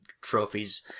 trophies